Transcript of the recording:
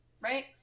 Right